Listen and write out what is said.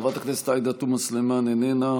חברת הכנסת עאידה תומא סלימאן, איננה.